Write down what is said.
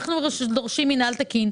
דורשים מינהל תקין.